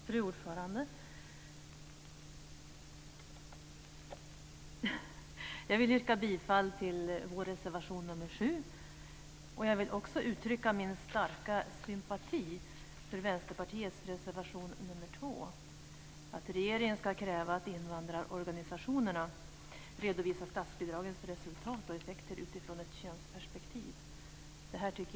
Fru talman! Jag vill yrka bifall till vår reservation nr 7. Jag vill också uttrycka min starka sympati för Vänsterpartiets reservation nr 2, om att regeringen ska kräva att invandrarorganisationerna redovisar statsbidragens resultat och effekter utifrån ett könsperspektiv.